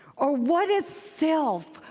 or what is self-whining,